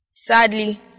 sadly